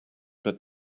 but